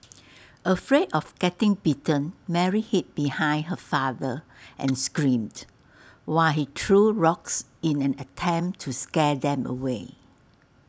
afraid of getting bitten Mary hid behind her father and screamed while he threw rocks in an attempt to scare them away